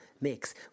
mix